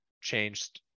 changed